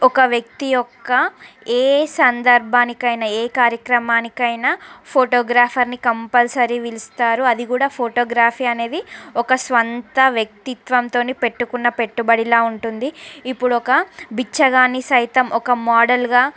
ఒక వ్యక్తి యొక్క ఏ సందర్భానికి అయినా ఏ కార్యక్రమానికి అయినా ఫోటోగ్రాఫర్ని కంపల్సరి పిలుస్తారు అది కూడా ఫోటోగ్రఫీ అనేది ఒక సొంత వ్యక్తిత్వంతోని పెట్టుకున్న పెట్టుబడిలా ఉంటుంది ఇప్పుడు ఒక బిచ్చగాన్ని సైతం ఒక మోడల్గా